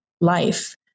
life